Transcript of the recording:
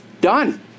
Done